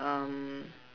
um